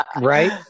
right